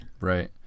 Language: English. Right